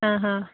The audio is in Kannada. ಹಾಂ ಹಾಂ